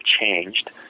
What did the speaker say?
changed